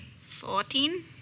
Fourteen